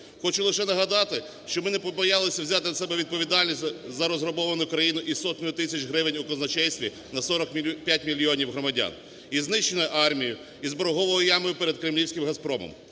Хочу лише нагадати, що ми не побоялися взяти на себе відповідальність за розграбовану країну і сотню тисяч гривень у казначействі на 45 мільйонів громадян, і знищення армії, і з борговою ямою перед кремлівським "Газпромом".